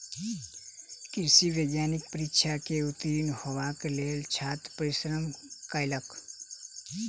कृषि वैज्ञानिक परीक्षा में उत्तीर्ण हेबाक लेल छात्र परिश्रम कयलक